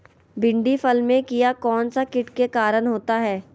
भिंडी फल में किया कौन सा किट के कारण होता है?